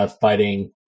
fighting